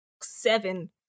Seven